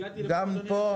הגעתי לפה.